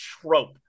trope